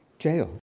jail